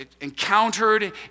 encountered